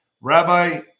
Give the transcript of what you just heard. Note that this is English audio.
Rabbi